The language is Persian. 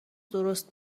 درست